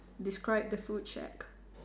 describe the food shack